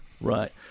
right